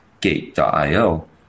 gate.io